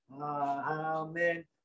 Amen